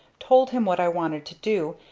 told him what i wanted to do,